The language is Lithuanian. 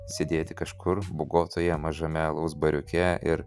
sėdėti kažkur bogotoje mažame alaus bariuke ir